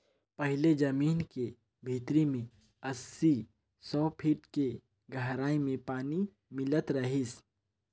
पहिले जमीन के भीतरी में अस्सी, सौ फीट के गहराई में पानी मिलत रिहिस